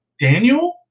Daniel